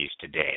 today